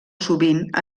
sovint